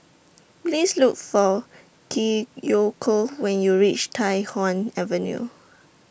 Please Look For Kiyoko when YOU REACH Tai Hwan Avenue